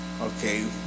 okay